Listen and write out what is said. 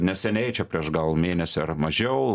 neseniai čia prieš gal mėnesį ar mažiau